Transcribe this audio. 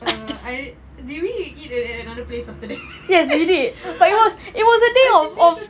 err I did we eat at another place after that I was I'm pretty sure